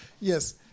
Yes